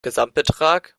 gesamtbetrag